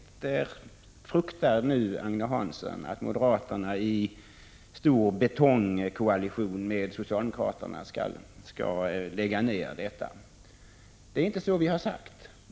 Agne Hansson fruktar nu att moderaterna i stor ”betongkoalition” med socialdemokraterna skall lägga ned detta nät. Det är inte så vi har sagt.